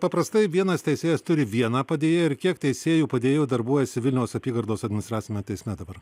paprastai vienas teisėjas turi vieną padėjėją ir kiek teisėjų padėjėjų darbuojasi vilniaus apygardos administraciniame teisme dabar